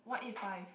one eight five